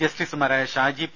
ജസ്റ്റിസുമാരായ ഷാജി പി